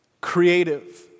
creative